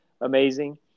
amazing